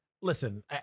Listen